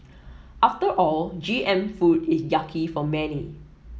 after all G M food is yucky for many